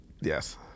Yes